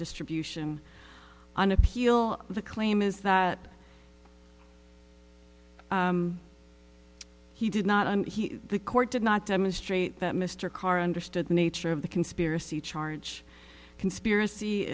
distribution on appeal the claim is that he did not and he the court did not demonstrate that mr karr understood the nature of the conspiracy charge conspiracy